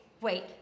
wait